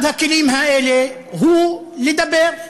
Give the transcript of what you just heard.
אחד הכלים האלה הוא לדבר,